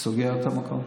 סוגר את המקום.